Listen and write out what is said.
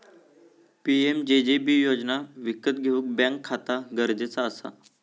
PMJJB योजना विकत घेऊक बॅन्क खाता गरजेचा असा